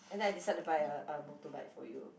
and then I decide to buy a a motorbike for you